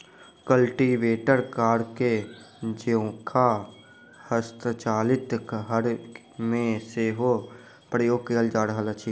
cultivator फार के जेंका हस्तचालित हर मे सेहो प्रयोग कयल जा रहल अछि